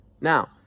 Now